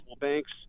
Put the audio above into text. banks